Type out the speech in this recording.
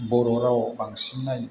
बर' रावआव बांसिन नायो